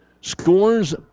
scores